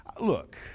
look